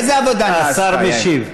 השר משיב.